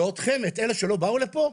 את אלה שלא באו לפה?